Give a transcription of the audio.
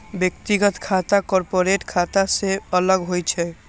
व्यक्तिगत खाता कॉरपोरेट खाता सं अलग होइ छै